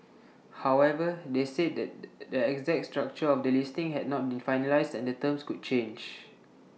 however they said the the exact structure of the listing had not been finalised and the terms could change